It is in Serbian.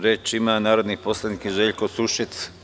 Reč ima narodni poslanik Željko Sušec.